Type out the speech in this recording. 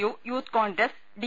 U youth Congress D